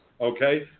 okay